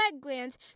glands